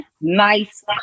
nice